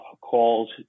calls